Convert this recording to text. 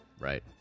Right